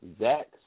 Zach